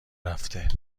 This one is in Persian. رفته